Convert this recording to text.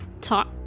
Talk